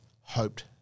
hoped